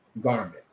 garment